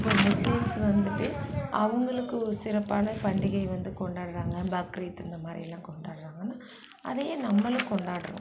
இப்போ முஸ்லீம்ஸ் வந்துட்டு அவங்களுக்கு சிறப்பான பண்டிகை வந்து கொண்டாடுறாங்க பக்ரீத் இந்த மாதிரியெல்லாம் கொண்டாடுறாங்கன்னா அதையே நம்மளும் கொண்டாடுறோம்